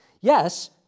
Yes